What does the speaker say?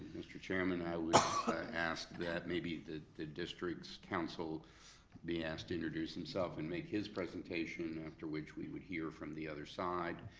mr. chairman, i would ask that maybe the the district's counsel be asked to introduce himself and make his presentation, after which we would hear from the other side.